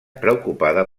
preocupada